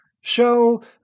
show